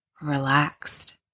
relaxed